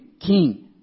king